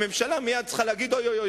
הממשלה מייד צריכה להגיד: אוי,